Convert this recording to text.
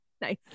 nice